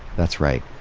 that's right,